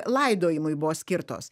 laidojimui buvo skirtos